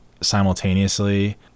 simultaneously